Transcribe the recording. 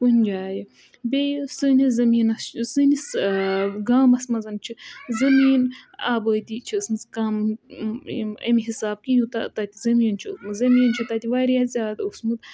کُنہِ جایہِ بیٚیہِ سٲنِس زٔمیٖنَس چھِ سٲنِس گامَس منٛزَن چھِ زٔمیٖن آبٲدی چھِ ٲسمٕژ کَم ایٚمۍ اَمہِ حِساب کہِ یوٗتاہ تَتہِ زٔمیٖن چھُ زٔمیٖن چھُ تَتہِ واریاہ زیادٕ اوسمُت